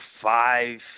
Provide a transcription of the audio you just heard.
five